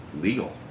legal